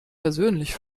persönlich